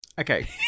Okay